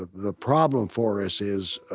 the problem for us is,